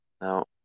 Now